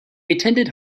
attended